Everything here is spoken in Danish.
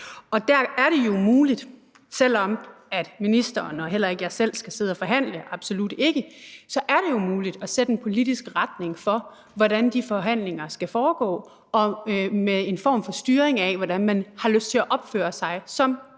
Og der er det jo muligt, selv om hverken ministeren eller jeg selv skal sidde og forhandle – absolut ikke – at sætte en politisk retning for, hvordan de forhandlinger skal foregå og med en form for styring af, hvordan man har lyst til at opføre sig som arbejdsgiver.